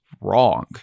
wrong